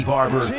Barber